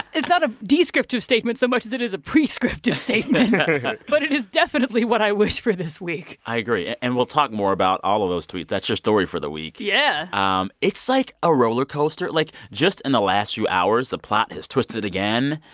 it's not a descriptive statement so much as it is a prescriptive statement but it is definitely what i wish for this week i agree. ah and we'll talk more about all of those tweets. that's your story for the week yeah um it's like a roller coaster. like, just in the last few hours, the plot has twisted again.